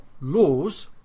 laws